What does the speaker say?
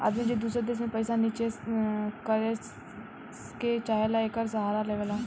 आदमी जे दूसर देश मे पइसा निचेस करे के चाहेला, एकर सहारा लेवला